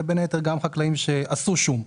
בין היתר גם חקלאים שעשו שום.